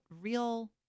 real